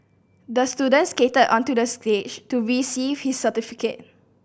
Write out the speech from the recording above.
the student skated onto the stage to receive his certificate